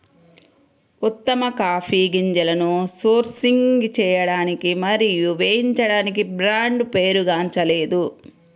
ఉత్తమ కాఫీ గింజలను సోర్సింగ్ చేయడానికి మరియు వేయించడానికి బ్రాండ్ పేరుగాంచలేదు